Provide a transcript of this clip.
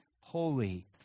holy